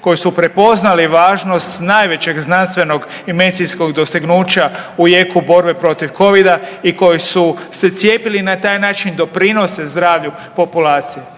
koji su prepoznali važnost najvećeg znanstvenog i medicinskog dostignuća u jeku borbe protiv covida i koji su se cijepili i na taj način doprinose zdravlju populacije.